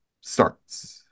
starts